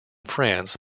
france